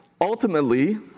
ultimately